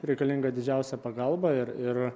reikalinga didžiausia pagalba ir ir